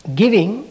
giving